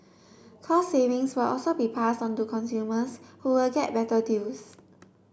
cost savings will also be pass onto consumers who will get better deals